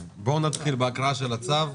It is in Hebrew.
נתחיל בהקראה של הצו.